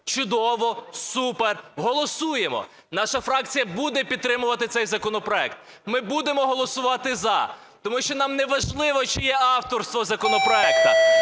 Чудово, супер, голосуємо! Наша фракція буде підтримувати цей законопроект цей законопроект. Ми будемо голосувати за, тому що нам неважливо, чиє авторство законопроекту.